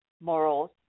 morals